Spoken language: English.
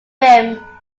rim